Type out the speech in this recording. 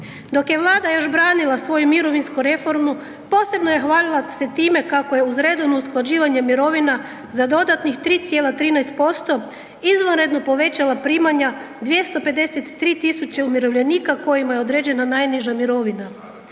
Dok je Vlada još branila svoju mirovinsku reformu posebno je hvalila se time kako je uz redovno usklađivanje mirovina za dodatnih 3,13% izvanredno povećala primanja 253 000 umirovljenika kojima je određena najniža mirovina.